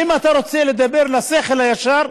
אם אתה רוצה לדבר לשכל הישר,